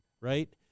Right